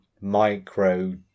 micro